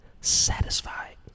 satisfied